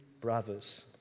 brothers